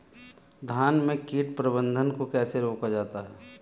धान में कीट प्रबंधन को कैसे रोका जाता है?